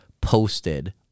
posted